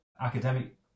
academic